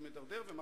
למלים האלה כשהן